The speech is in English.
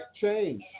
change